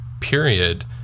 period